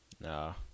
No